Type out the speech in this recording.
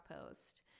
post